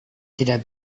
tidak